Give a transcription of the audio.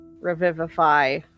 Revivify